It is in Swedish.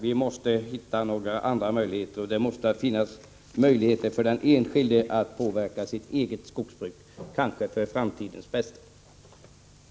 Vi måste finna några andra möjligheter, och det måste finnas möjlighet för den enskilde att påverka sitt eget skogsbruk — vilket kanske är det bästa för framtiden.